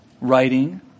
writing